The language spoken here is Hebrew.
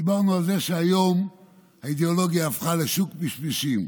דיברנו על זה שהיום האידיאולוגיה הפכה לשוק פשפשים.